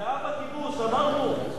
זהבה כיבוש, אמרנו.